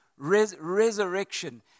resurrection